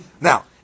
Now